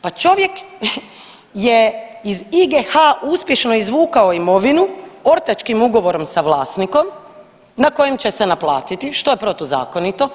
Pa čovjek je iz IGH uspješno izvukao imovinu ortačkim ugovorom sa vlasnikom na kojem će se naplatiti i što je protuzakonito.